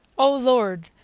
o lord!